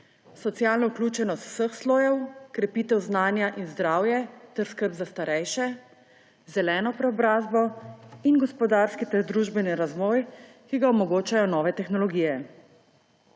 socialno vključenost vseh slojev, krepitev znanja ter zdravje in skrb za starejše, zeleno preobrazbo in gospodarski ter družbeni razvoj, ki ga omogočajo nove tehnologije.